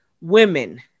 women